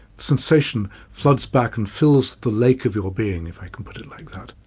sensation floods back and fills the lake of your being if i can put it like that.